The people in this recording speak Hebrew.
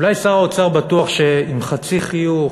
אולי שר האוצר בטוח שעם חצי חיוך,